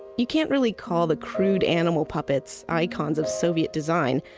you can't really call the crude animal puppets icons of soviet design,